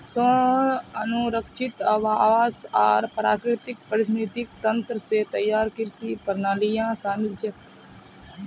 स्व अनुरक्षित आवास आर प्राकृतिक पारिस्थितिक तंत्र स तैयार कृषि प्रणालियां शामिल छेक